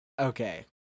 Okay